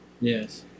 Yes